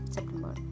September